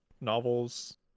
novels